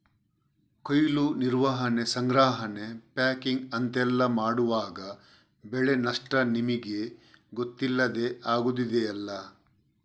ಕೊಯ್ಲು, ನಿರ್ವಹಣೆ, ಸಂಗ್ರಹಣೆ, ಪ್ಯಾಕಿಂಗ್ ಅಂತೆಲ್ಲ ಮಾಡುವಾಗ ಬೆಳೆ ನಷ್ಟ ನಮಿಗೆ ಗೊತ್ತಿಲ್ಲದೇ ಆಗುದಿದೆಯಲ್ಲ